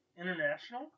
International